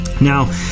Now